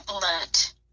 let